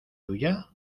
tuya